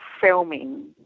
filming